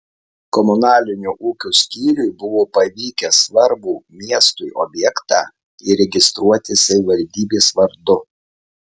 komunalinio ūkio skyriui buvo pavykę svarbų miestui objektą įregistruoti savivaldybės vardu